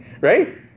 Right